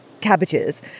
cabbages